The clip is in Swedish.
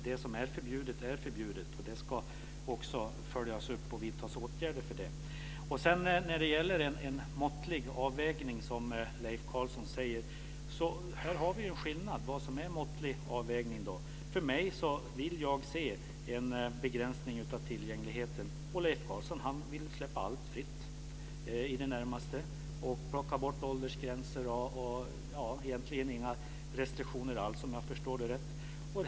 Det som är förbjudet är förbjudet, och det ska också följas upp och vidtas åtgärder. Leif Carlson talar om en måttlig avvägning. Här har vi en skillnad. Vad är en måttlig avvägning? Jag vill se en begränsning av tillgängligheten, och Leif Carlson vill i det närmaste släppa allt fritt och plocka bort åldersgränser. Det ska egentligen inte finnas några restriktioner alls, om jag förstår det rätt.